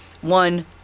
one